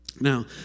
Now